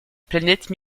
planète